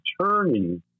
attorney